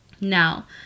Now